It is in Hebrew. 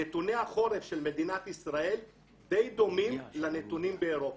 נתוני החורף של מדינת ישראל די דומים לנתונים באירופה.